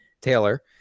Taylor